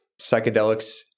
psychedelics